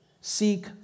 seek